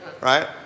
Right